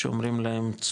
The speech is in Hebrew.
שאומרים להם,